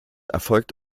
erfolgt